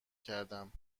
کردم